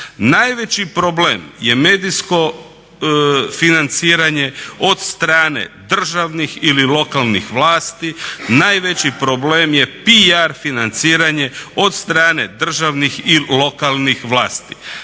Najveći problem je medijsko financiranje od strane državnih ili lokalnih vlasti. Najveći problem je PR financiranje od strane državnih i lokalnih vlasti.